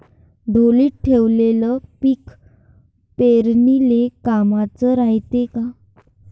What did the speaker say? ढोलीत ठेवलेलं पीक पेरनीले कामाचं रायते का?